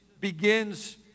begins